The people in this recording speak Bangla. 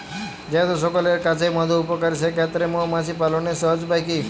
যেহেতু সকলের কাছেই মধু উপকারী সেই ক্ষেত্রে মৌমাছি পালনের সহজ উপায় কি?